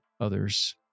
others